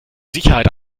sicherheit